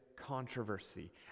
controversy